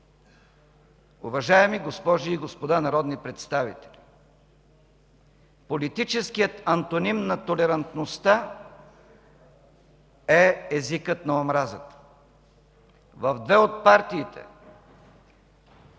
Уважаеми госпожи и господа народни представители! Политическият антоним на толерантността е езикът на омразата. В две от партиите